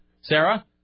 Sarah